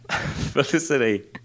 Felicity